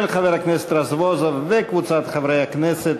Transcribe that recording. של חבר הכנסת רזבוזוב וקבוצת חברי הכנסת,